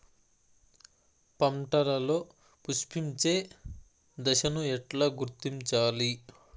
పంటలలో పుష్పించే దశను ఎట్లా గుర్తించాలి?